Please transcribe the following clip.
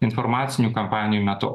informacinių kampanijų metu